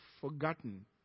forgotten